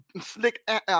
slick